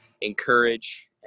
encourage